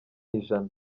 ijana